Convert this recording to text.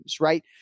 right